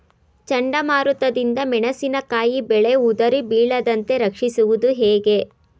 ಚಂಡಮಾರುತ ದಿಂದ ಮೆಣಸಿನಕಾಯಿ ಬೆಳೆ ಉದುರಿ ಬೀಳದಂತೆ ರಕ್ಷಿಸುವುದು ಹೇಗೆ?